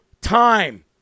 time